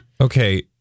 Okay